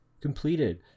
completed